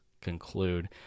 conclude